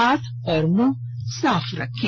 हाथ और मुंह साफ रखें